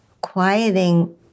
quieting